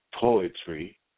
poetry